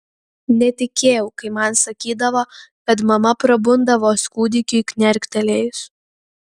netikėjau kai man sakydavo kad mama prabunda vos kūdikiui knerktelėjus